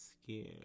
scared